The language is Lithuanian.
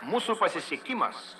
mūsų pasisekimas